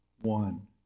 one